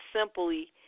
simply